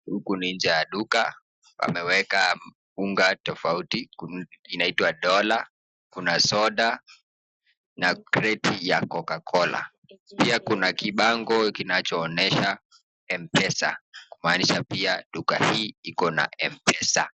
Huku ni nje ya duka. Wameweka unga tofauti, Kuna yenye inaitwa Dola, Kuna soda na kreti ya cocacola. Pia Kuna kibango kinachoonyesha MPESA kumaanisha kuwa duka hii Iko na MPESA.